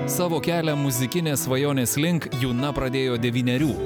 savo kelią muzikinės svajonės link juna pradėjo devynerių